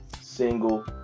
single